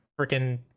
freaking